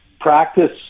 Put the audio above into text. practice